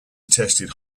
attested